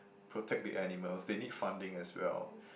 protect the animals they need funding as well